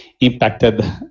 impacted